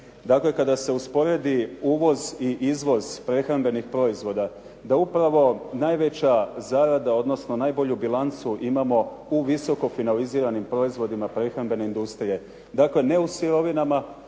dakle kada se usporedi uvoz i izvoz prehrambenih proizvoda da upravo najveća zarada odnosno najbolju bilancu imamo u visoko finaliziranim proizvodima prehrambene industrije, dakle ne u sirovinama